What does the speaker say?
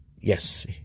yes